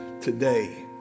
today